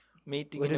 Meeting